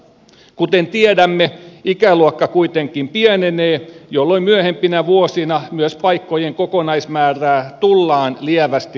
kuten tiedämme ikäluokka kuitenkin pienenee jolloin myöhempinä vuosina myös paikkojen kokonaismäärää tullaan lievästi laskemaan